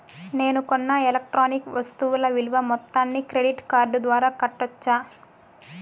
నేను కొన్న ఎలక్ట్రానిక్ వస్తువుల విలువ మొత్తాన్ని క్రెడిట్ కార్డు ద్వారా కట్టొచ్చా?